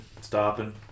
stopping